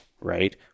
right